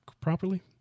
properly